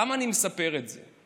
למה אני מספר את זה?